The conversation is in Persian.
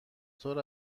طور